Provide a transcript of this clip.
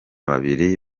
babiri